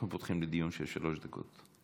אנחנו פותחים לדיון של שלוש דקות.